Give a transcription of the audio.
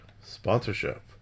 sponsorship